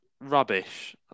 rubbish